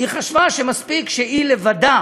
חשבה שמספיק שהיא לבדה